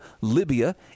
Libya